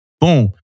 Boom